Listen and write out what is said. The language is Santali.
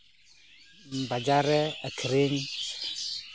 ᱵᱟᱡᱟᱨ ᱨᱮ ᱟᱹᱠᱷᱨᱤᱧ